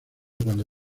cuando